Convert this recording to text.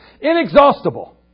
Inexhaustible